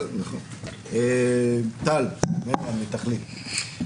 טל מתכלית.